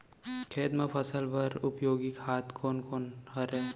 खेत म फसल बर उपयोगी खाद कोन कोन हरय?